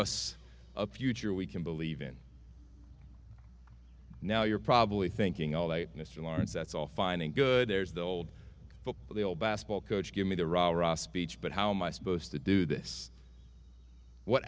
us a future we can believe in now you're probably thinking all right mr lawrence that's all fine and good there's the old but the old basketball coach give me the rah rah speech but how am i supposed to do this what